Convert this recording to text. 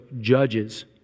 judges